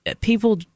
People